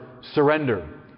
surrender